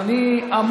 אז אני אמור,